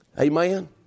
amen